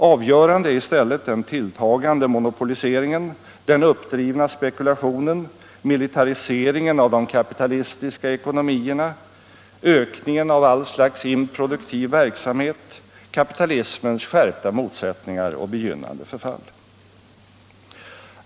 Avgörande är i stället den tilltagande monopoliseringen, den uppdrivna spekulationen, militariseringen av de kapitalistiska ekonomierna, ökningen av allt slags improduktiv verksamhet, kapitalismens skärpta motsättningar och begynnande förfall.